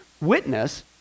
witness